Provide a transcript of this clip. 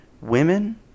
Women